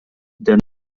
denn